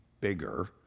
bigger